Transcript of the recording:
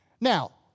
Now